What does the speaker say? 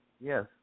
Yes